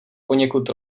poněkud